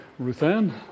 Ruthann